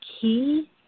key